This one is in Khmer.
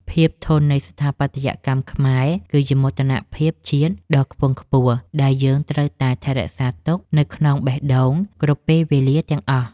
ភាពធន់នៃស្ថាបត្យកម្មខ្មែរគឺជាមោទនភាពជាតិដ៏ខ្ពង់ខ្ពស់ដែលយើងត្រូវតែរក្សារទុកនៅក្នុងបេះដូងគ្រប់ពេលវេលាទាំងអស់។